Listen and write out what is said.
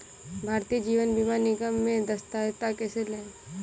भारतीय जीवन बीमा निगम में सदस्यता कैसे लें?